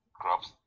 crops